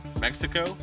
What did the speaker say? Mexico